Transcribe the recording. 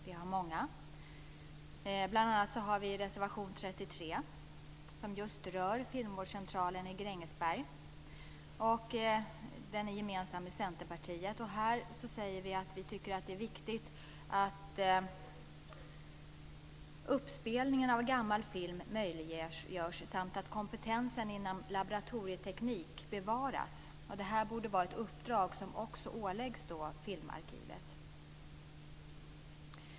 Det är bl.a. reservation 33, som just rör filmvårdscentralen i Grängesberg. Reservationen är gemensam med Centerpartiet. Vi säger att det är viktigt att uppspelning av gammal film möjliggörs samt att kompetensen inom laboratorietekniken bevaras. Det borde vara ett uppdrag som också åläggs filmarkivet.